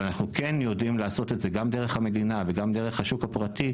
אבל אנחנו כן יודעים לעשות את זה גם דרך המדינה וגם דרך השוק הפרטי.